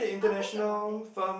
I'll think about it